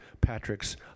Patrick's